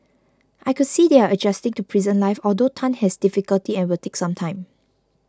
I could see they are adjusting to prison life although Tan has difficulty and will take some time